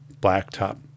blacktop